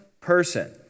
person